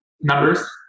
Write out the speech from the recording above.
Numbers